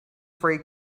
free